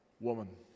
woman